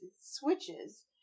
switches